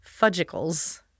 fudgicles